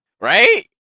Right